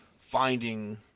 finding